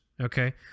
Okay